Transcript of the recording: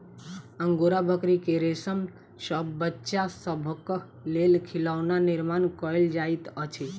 angora बकरी के रेशम सॅ बच्चा सभक लेल खिलौना निर्माण कयल जाइत अछि